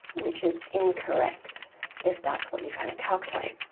which is incorrect if that's what you're trying to calculate.